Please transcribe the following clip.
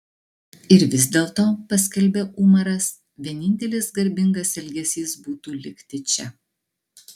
ir vis dėlto paskelbė umaras vienintelis garbingas elgesys būtų likti čia